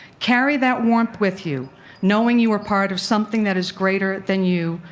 carry that warmth with you knowing you are part of something that is greater than you.